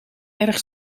erg